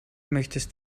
möchtest